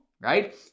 right